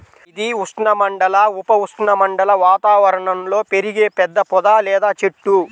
ఇది ఉష్ణమండల, ఉప ఉష్ణమండల వాతావరణంలో పెరిగే పెద్ద పొద లేదా చెట్టు